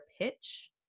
pitch